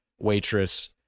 waitress